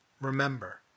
Remember